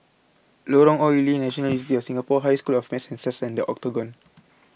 Lorong Ong Lye National University of Singapore High School of Math and Science and the Octagon